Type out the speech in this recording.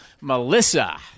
Melissa